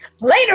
later